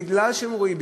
מכיוון שהם רואים,